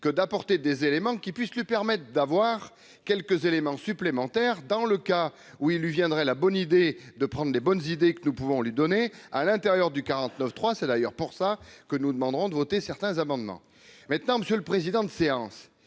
que d'apporter des éléments qui puissent lui permettent d'avoir quelques éléments supplémentaires dans le cas où il viendrait la bonne idée de prendre des bonnes idées que nous pouvons lui donner, à l'intérieur du 49 3 c'est d'ailleurs pour ça que nous demanderons de voter certains amendements maintenant, monsieur le président de séance,